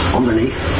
underneath